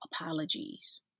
apologies